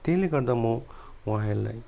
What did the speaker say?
त्यसले गर्दा म उहाँहरूलाई